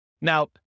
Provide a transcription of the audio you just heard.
Now